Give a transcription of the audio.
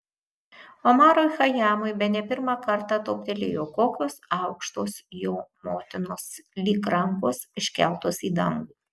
omarui chajamui bene pirmą kartą toptelėjo kokios aukštos jo motinos lyg rankos iškeltos į dangų